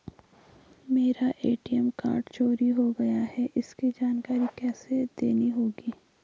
मेरा ATM card चोरी हो गया है इसकी जानकारी किसे देनी होगी?